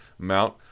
Mount